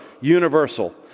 universal